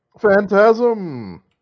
Phantasm